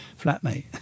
flatmate